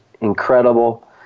incredible